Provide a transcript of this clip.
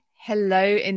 Hello